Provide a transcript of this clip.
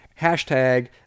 Hashtag